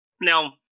Now